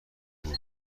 بود